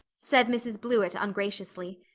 said mrs. blewett ungraciously.